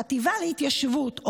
חטיבה להתיישבות,